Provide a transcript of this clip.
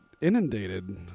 inundated